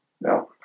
no